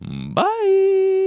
Bye